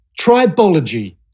Tribology